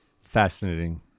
fascinating